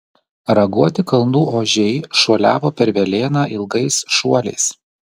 raguoti kalnų ožiai šuoliavo per velėną ilgais šuoliais